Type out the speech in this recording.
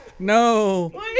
No